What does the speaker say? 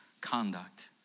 conduct